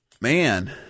man